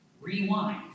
Rewind